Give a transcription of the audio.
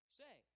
say